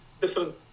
different